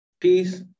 Peace